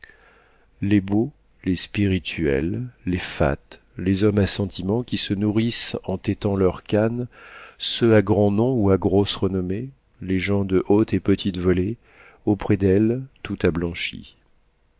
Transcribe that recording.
les beaux les spirituels les fats les hommes à sentiments qui se nourrissent en tenant leurs cannes ceux à grand nom ou à grosse renommée les gens de haute et petite volée auprès d'elle tout a blanchi